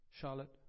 Charlotte